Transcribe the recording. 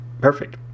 perfect